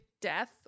death